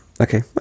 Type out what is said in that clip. okay